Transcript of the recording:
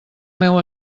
meu